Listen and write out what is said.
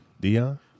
Dion